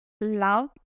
love